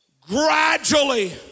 gradually